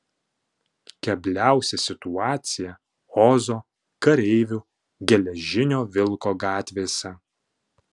kebliausia situacija ozo kareivių geležinio vilko gatvėse